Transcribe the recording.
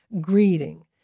greeting